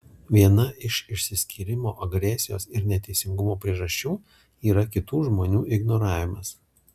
viena iš išsiskyrimo agresijos ir neteisingumo priežasčių yra kitų žmonių ignoravimas